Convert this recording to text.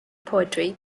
poetry